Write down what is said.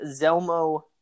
Zelmo